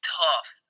tough